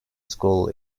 school